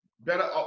better